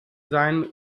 sein